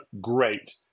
great